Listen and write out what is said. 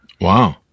Wow